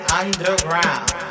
underground